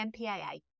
MPAA